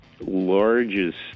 largest